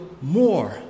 more